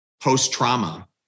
post-trauma